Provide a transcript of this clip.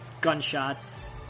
gunshots